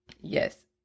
Yes